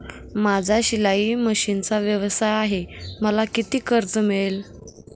माझा शिलाई मशिनचा व्यवसाय आहे मला किती कर्ज मिळेल?